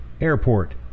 Airport